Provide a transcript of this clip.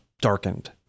darkened